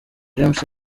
james